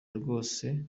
rwose